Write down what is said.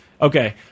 Okay